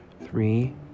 three